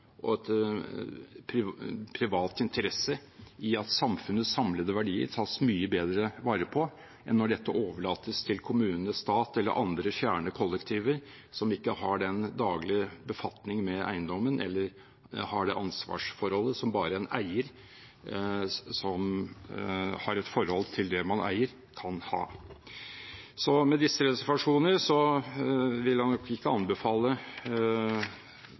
og en privat interesse i at samfunnets samlede verdier tas mye bedre vare på enn når dette overlates til kommune, stat eller andre fjerne kollektiver som ikke har den daglige befatning med eiendommen eller det ansvarsforholdet som bare en eier som har et forhold til det man eier, kan ha. Med disse reservasjoner vil jeg ikke anbefale